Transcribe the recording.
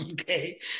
Okay